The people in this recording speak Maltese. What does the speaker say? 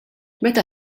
meta